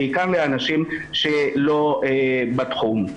בעיקר לאנשים שלא בתחום.